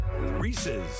Reese's